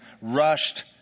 rushed